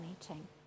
meeting